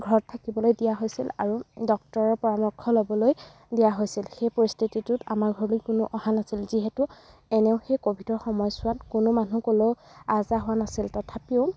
ঘৰত থাকিবলৈ দিয়া হৈছিল আৰু ডক্টৰৰ পৰামৰ্শ ল'বলৈ দিয়া হৈছিল সেই পৰিস্থিতিটোত আমাৰ ঘৰলৈ কোনো অহা নাছিল যিহেতু এনেও সেই ক'ভিডৰ সময়ছোৱাত কোনো মানুহ কোনো আহ যাহ হোৱা নাছিল তথাপিও